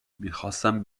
میخواستم